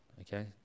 okay